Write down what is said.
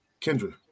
Kendra